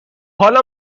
حالا